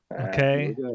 Okay